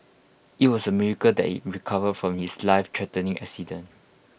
IT was A miracle that he recovered from his lifethreatening accident